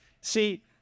See